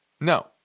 no